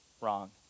wrong